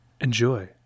enjoy